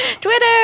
Twitter